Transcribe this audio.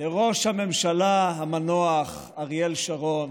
לראש הממשלה המנוח אריאל שרון